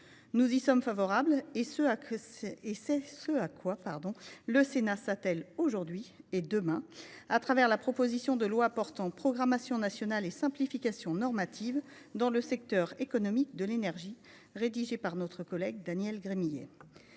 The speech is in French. Nous y sommes favorables, et c’est ce à quoi le Sénat s’attelle aujourd’hui au travers de la proposition de loi portant programmation nationale et simplification normative dans le secteur économique de l’énergie, présentée par notre collègue Daniel Gremillet.